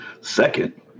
Second